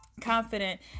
confident